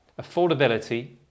affordability